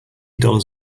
dollars